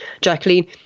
Jacqueline